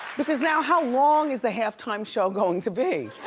because now how long is the halftime show going to be?